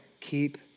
keep